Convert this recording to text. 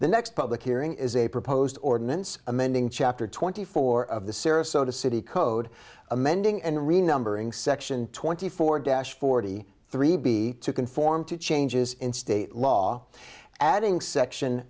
the next public hearing is a proposed ordinance amending chapter twenty four of the sarasota city code amending and re numbering section twenty four dash forty three b to conform to changes in state law adding section